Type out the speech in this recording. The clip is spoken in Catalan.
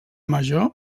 major